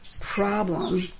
problem